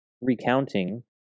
recounting